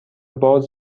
باز